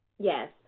yes